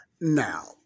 Now